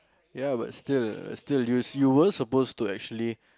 ya but still still you you were supposed to actually